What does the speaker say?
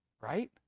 Right